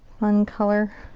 fun color